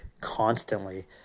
constantly